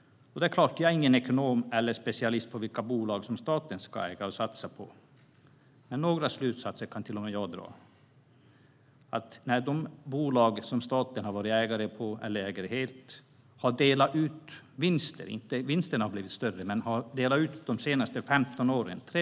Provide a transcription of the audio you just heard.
Det är klart att jag inte är någon ekonom eller specialist på vilka bolag som staten ska äga och satsa på, men några slutsatser kan till och med jag dra när de bolag som staten har ägt delvis eller helt har delat ut 328 miljarder de senaste 15 åren.